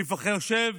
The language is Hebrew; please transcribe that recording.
אני חושב